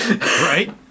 Right